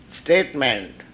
statement